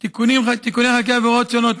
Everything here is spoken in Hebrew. (תיקוני חקיקה והוראות שונות),